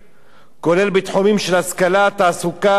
כולל בתחומים של השכלה, תעסוקה, חינוך,